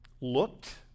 looked